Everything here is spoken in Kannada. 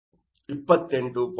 97 ಆಗಿರುತ್ತದೆ